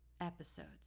episodes